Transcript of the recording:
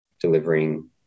delivering